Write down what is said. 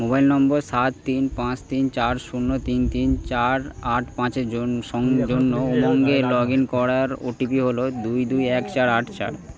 mobile নম্বর সাত তিন পাঁচ তিন চার শূন্য তিন তিন চার আট পাঁচের জন্য সঙ্গে জন্য উমঙ্গে লগইন করার ওটিপি হল দুই দুই এক চার আট চার